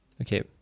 Okay